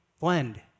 blend